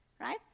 right